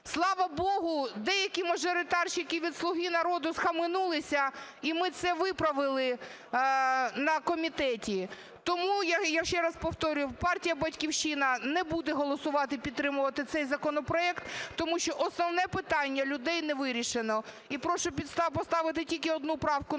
Слава Богу, деякі мажоритарщики від "Слуги народу" схаменулись і ми це виправили на комітеті. Тому я ще раз повторюю, партія "Батьківщина" не буде голосувати, підтримувати цей законопроект. Тому що основне питання людей не вирішено. І прошу поставити тільки одну правку на